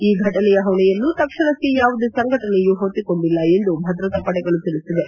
ಈ ಘಟನೆಯ ಹೊಣೆಯನ್ನು ತಕ್ಷಣಕ್ಕೆ ಯಾವುದೇ ಸಂಘಟನೆಯು ಹೊತ್ತಿಕೊಂಡಿಲ್ಲ ಎಂದು ಭದ್ರತಾಪಡೆಗಳು ತಿಳಿಸಿವೆ